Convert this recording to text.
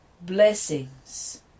Blessings